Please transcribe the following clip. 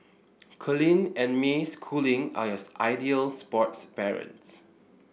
Colin and May Schooling are yours ideal sports parents